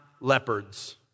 leopards